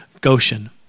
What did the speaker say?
Goshen